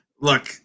look